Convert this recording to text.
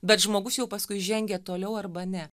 bet žmogus jau paskui žengia toliau arba ne